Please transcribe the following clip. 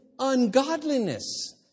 ungodliness